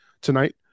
tonight